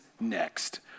next